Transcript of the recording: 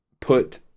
put